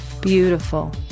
Beautiful